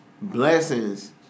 Blessings